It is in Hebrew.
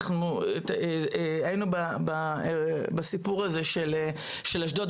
היינו בסיפור הזה של אשדוד.